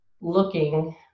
looking